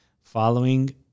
following